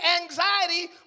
anxiety